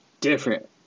different